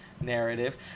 narrative